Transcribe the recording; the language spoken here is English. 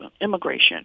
immigration